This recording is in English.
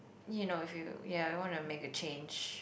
you know if you ya you wanna make a change